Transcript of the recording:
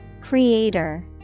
Creator